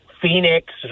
Phoenix